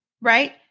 right